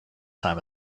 time